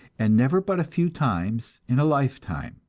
and never but a few times in a lifetime.